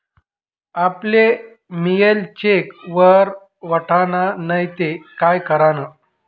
आपले मियेल चेक जर वटना नै ते काय करानं?